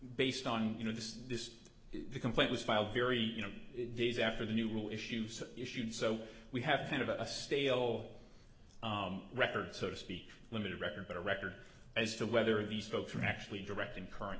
based on you know this this complaint was filed very you know days after the new rule issues issued so we have kind of a stale record so to speak limited record but a record as to whether these folks are actually directing current